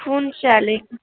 phone शैल ऐ